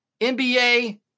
NBA